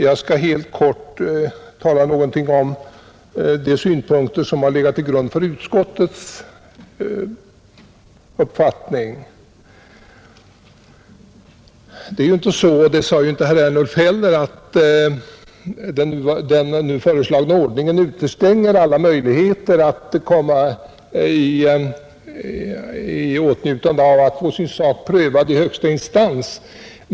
Jag skall helt kort säga några ord om de synpunkter som har legat till grund för utskottets uppfattning. Det är ju inte så — och det sade inte herr Ernulf heller — att den nu föreslagna ordningen utestänger alla möjligheter för en person att komma i åtnjutande av att få sin sak prövad i högsta instans.